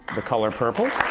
the color purple.